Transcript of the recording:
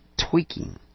tweaking